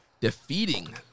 defeating